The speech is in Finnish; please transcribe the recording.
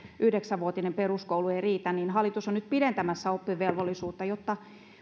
yhdeksän vuotinen peruskoulu ei enää riitä niin hallitus on nyt pidentämässä oppivelvollisuutta jotta